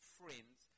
friends